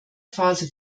phase